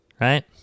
right